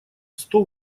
сто